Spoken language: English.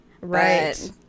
Right